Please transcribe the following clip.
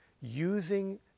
using